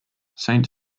saint